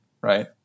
right